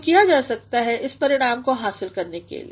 तो क्या किया जा सकता है इस परिणाम को हासिल करने के लिए